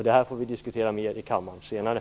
Det här får vi diskutera vidare i kammaren senare.